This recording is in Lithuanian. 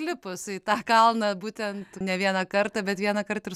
lipus į tą kalną būtent ne vieną kartą bet vienąkart ir